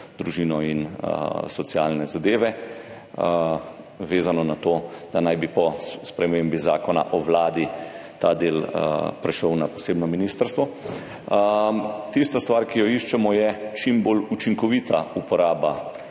družino, socialne zadeve in enake možnosti, vezano na to, da naj bi po spremembi Zakona o Vladi RS ta del prešel na posebno ministrstvo. Tista stvar, ki jo iščemo, je čim bolj učinkovita uporaba